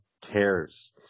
cares